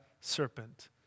serpent